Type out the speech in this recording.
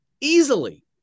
easily